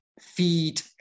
feed